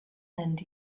and